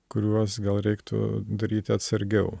kuriuos gal reiktų daryti atsargiau